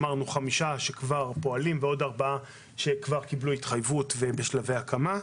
אמרנו חמישה שכבר פועלים וארבעה שקיבלו התחייבות והם בשלבי הקמה.